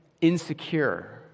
insecure